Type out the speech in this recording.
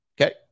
Okay